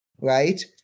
Right